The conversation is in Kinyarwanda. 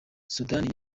sudani